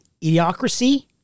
Idiocracy